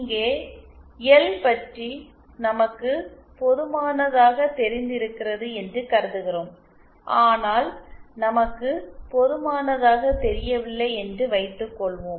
இங்கே எல் பற்றி நமக்கு பொதுமானதாக தெரிந்து இருக்கிறது என்று கருதுகிறோம் ஆனால் நமக்கு பொதுமானதாக தெரியவில்லை என்று வைத்துக்கொள்வோம்